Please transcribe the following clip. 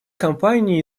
компании